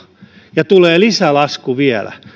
ja tulee lisälasku vielä